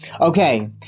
Okay